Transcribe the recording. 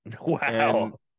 Wow